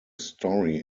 story